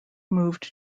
moved